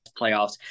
playoffs